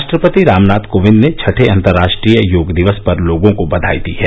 राष्ट्रपति रामनाथ कोविंद ने छठे अंतर्राष्ट्रीय योग दिव्स पर लोगों को बघाई दी है